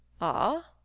Ah